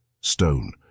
stone